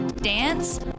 dance